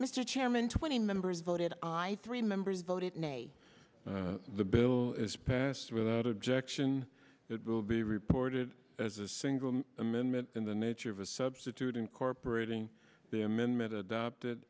mr chairman twenty members voted aye three members voted nay the bill is passed without objection it will be reported as a single amendment in the nature of a substitute incorporating the amendment adopted